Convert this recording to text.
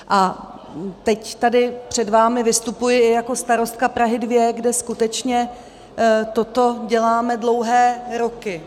A teď tady před vámi vystupuji i jako starostka Prahy 2, kde skutečně toto děláme dlouhé roky.